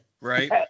Right